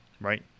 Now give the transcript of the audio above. right